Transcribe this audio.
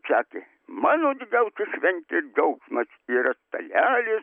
sakė mano didžiausias šventės džiaugsmas yra stalelis